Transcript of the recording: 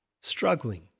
struggling